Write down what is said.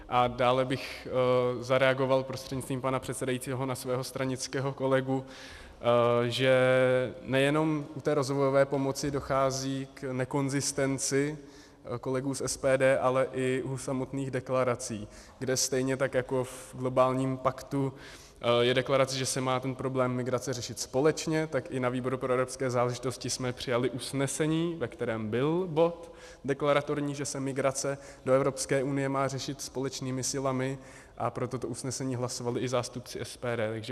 A dále bych zareagoval prostřednictvím pana předsedajícího na svého stranického kolegu, že nejenom u té rozvojové pomoci dochází k nekonzistenci kolegů z SPD, ale u samotných deklarací, kde stejně tak, jako v globálním paktu je deklarace, že se má ten problém migrace řešit společně, tak i na výboru pro evropské záležitosti jsme přijali usnesení, ve kterém byl bod deklaratorní, že se migrace do Evropské unie má řešit společnými silami, a pro toto usnesení hlasovali i zástupci z SPD.